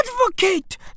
Advocate